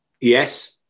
Yes